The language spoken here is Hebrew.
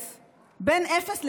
בין אפס לפיגור,